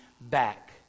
back